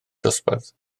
dosbarth